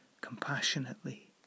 compassionately